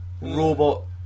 robot